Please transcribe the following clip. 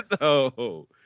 no